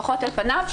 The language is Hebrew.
לפחות על פניו,